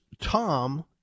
Tom